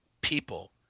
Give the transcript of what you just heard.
people